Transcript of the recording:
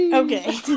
Okay